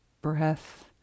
breath